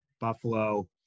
Buffalo